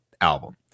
album